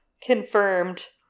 confirmed